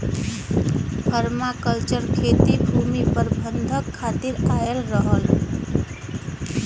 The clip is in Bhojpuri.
पर्माकल्चर खेती भूमि प्रबंधन खातिर आयल रहल